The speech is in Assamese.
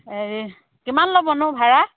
কিমান ল'বনো ভাড়া